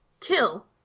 kill